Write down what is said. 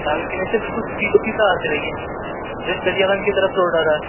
لال قلعے سے بالکل سیدھ سیدھا آتے رہیے جو دریا گنج کی طرف سے روڈ آ رہا ہے